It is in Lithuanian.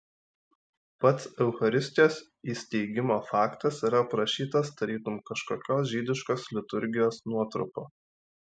pats eucharistijos įsteigimo faktas yra aprašytas tarytum kažkokios žydiškos liturgijos nuotrupa